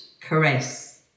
caress